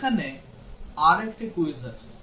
এখানে আরেকটি কুইজ আছে